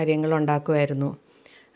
ഉണ്ടാക്കുവായിരുന്നു